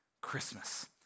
Christmas